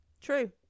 True